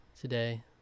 today